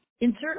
insert